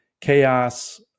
chaos